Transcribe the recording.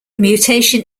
mutation